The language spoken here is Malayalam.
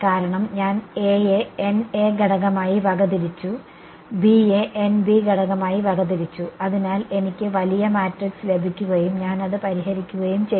കാരണം ഞാൻ A യെ ഘടകമായി വകതിരിച്ചു B യെ ഘടകമായി വകതിരിച്ചു അതിനാൽ എനിക്ക് വലിയ മാട്രിക്സ് ലഭിക്കുകയും ഞാൻ അത് പരിഹരിക്കുകയും ചെയ്തു